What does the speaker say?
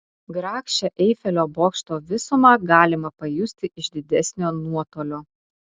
grakščią eifelio bokšto visumą galima pajusti iš didesnio nuotolio